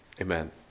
amen